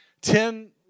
Ten